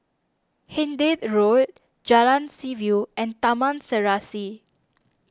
Hindhede Road Jalan Seaview and Taman Serasi